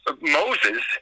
Moses